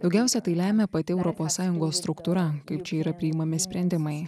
daugiausia tai lemia pati europos sąjungos struktūra kaip čia yra priimami sprendimai